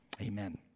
Amen